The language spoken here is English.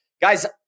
guys